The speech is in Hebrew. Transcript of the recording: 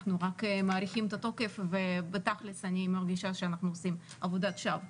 אנחנו רק מאריכים את התוקף ובתכלס אני מרגישה שאנחנו עושים עבודת שווא,